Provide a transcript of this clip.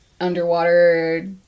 underwater